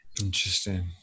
Interesting